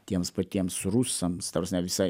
tiems patiems rusams ta prasme visai